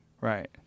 Right